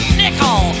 nickel